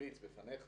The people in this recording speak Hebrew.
וממליץ בפניך,